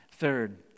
Third